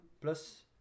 plus